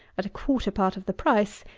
at a quarter part of the price,